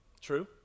True